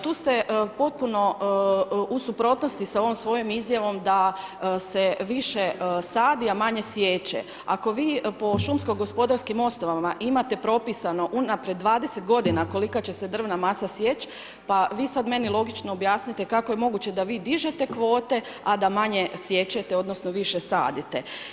Tu ste potpuno u suprotnosti sa ovom svojom izjavom da se više sadi, a manje siječe, ako vi po šumsko gospodarskim osnovama imate propisane unaprijed 20 godina koliko će se drvna masa siječ pa vi sad meni logično objasnite kako je moguće da vi dižete kvote a da manje siječete odnosno više sadite.